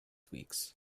weeks